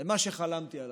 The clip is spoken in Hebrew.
למה שחלמתי עליו,